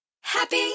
Happy